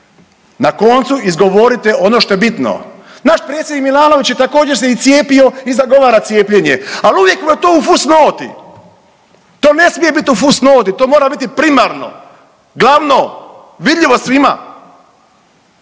na koncu izgovorite ono što je bitno. Naš predsjednik Milanović također se i cijepio i zagovara cijepljenje, al uvijek vam je to u fus noti. To ne smije bit u fus noti, to mora biti primarno, glavno, vidljivo svima,